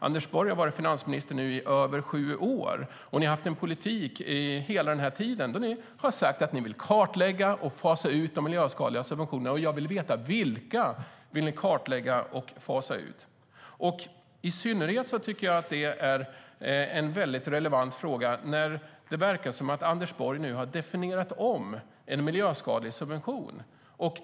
Anders Borg har nu varit finansminister i över sju år, och ni har haft en politik som går ut på att ni vill kartlägga och fasa ut de miljöskadliga subventionerna. Jag vill då veta vilka ni vill kartlägga och fasa ut. Det är en i synnerhet väldigt relevant fråga när det nu verkar som att Anders Borg har omdefinierat en miljöskadlig subvention.